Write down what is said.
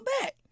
back